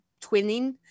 twinning